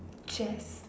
chess